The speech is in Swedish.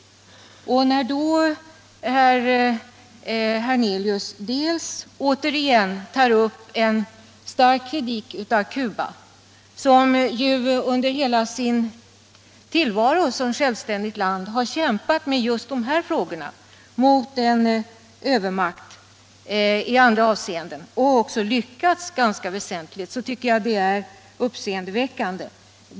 När därför herr Hernelius återigen tar upp en stark kritik av Cuba, som under hela sin tillvaro som självständigt land har kämpat med just de här frågorna och även har lyckats ganska väsentligt, tycker jag det är uppseendeväckande.